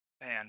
Man